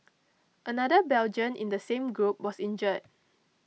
another Belgian in the same group was injured